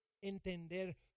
entender